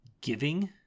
giving